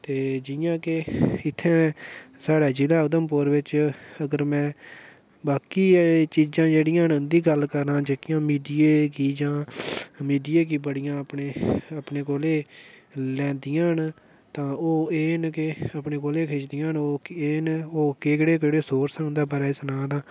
ते जियां के इत्थैं साढ़ै जि'ले उधमपुर बिच्च अगर मैं बाकी ऐ चीज़ां जेह्ड़ियां न उं'दी गल्ल करां जेह्कियां मीडिया गी जां मीडिया गी बड़ियां अपने अपने कोले लैंदियां न तां ओह् एह् न के अपने कोले खिचदियां न ओह् केह् न केह्डे़ केह्डे़ सोर्स न उं'दे बारै च सनां ना